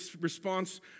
response